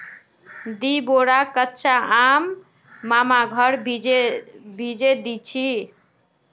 दी बोरा कच्चा आम मामार घर भेजे दीछि